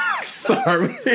Sorry